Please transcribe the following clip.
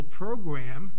program